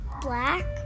Black